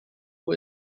who